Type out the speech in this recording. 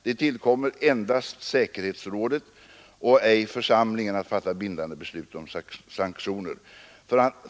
Det tillkommer endast säkerhetsrådet och ej församlingen att fatta bindande beslut om sanktioner.